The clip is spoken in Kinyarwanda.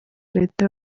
leta